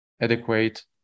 adequate